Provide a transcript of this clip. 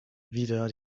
wieder